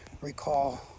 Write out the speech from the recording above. recall